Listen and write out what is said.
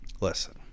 Listen